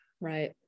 Right